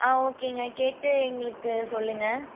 ஆ ஓகேங்க கேட்டு எங்களுக்கு சொல்லுங்கள்